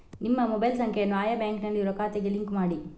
ನಿಮ್ಮ ಮೊಬೈಲ್ ಸಂಖ್ಯೆಯನ್ನು ಆಯಾ ಬ್ಯಾಂಕಿನಲ್ಲಿರುವ ಖಾತೆಗೆ ಲಿಂಕ್ ಮಾಡಿ